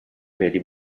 peli